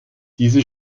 diese